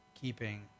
keeping